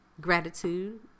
gratitude